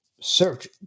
search